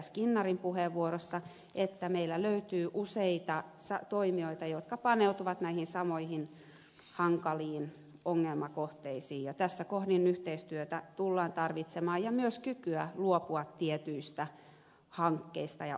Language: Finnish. skinnarin puheenvuorossa että meillä löytyy useita toimijoita jotka paneutuvat näihin samoihin hankaliin ongelmakohteisiin ja tässä kohden yhteistyötä tullaan tarvitsemaan ja myös kykyä luopua tietyistä hankkeista ja ohjelmista